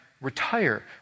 retire